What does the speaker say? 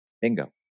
bingo